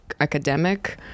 academic